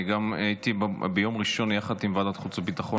אני גם הייתי ביום ראשון יחד עם ועדת החוץ והביטחון